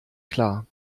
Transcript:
klar